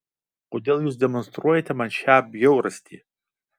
kodėl jūs demonstruojate man šią bjaurastį